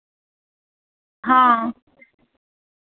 हां